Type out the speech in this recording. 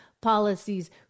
policies